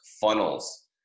funnels